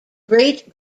great